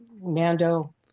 Mando